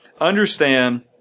Understand